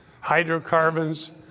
hydrocarbons